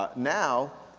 ah now,